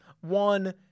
one